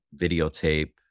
videotape